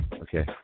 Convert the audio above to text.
Okay